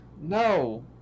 No